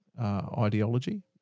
ideology